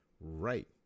right